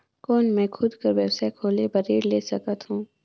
कौन मैं खुद कर व्यवसाय खोले बर ऋण ले सकत हो?